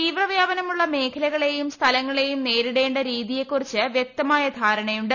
തീവ്ര വ്യാപന മുള്ള മേഖലകളേയും സ്ഥലങ്ങളേയും നേരിടേണ്ട രീതിയെ കുറിച്ച് വ്യക്തമായ ധാരണയുണ്ട്